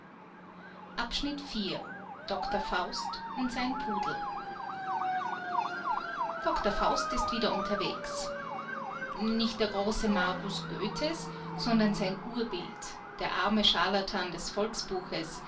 doktor faust und sein pudel doktor faust ist wieder unterwegs nicht der große magus goethes sondern sein urbild der arme scharlatan des